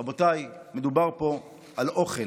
רבותיי, מדובר פה על אוכל.